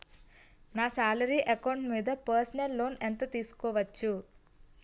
నా salary account మీద personal loan ఎంత తీసుకోవచ్చు?